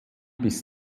bis